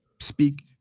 speak